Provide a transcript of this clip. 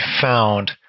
found